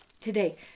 today